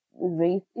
race